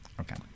Okay